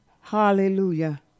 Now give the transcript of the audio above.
Hallelujah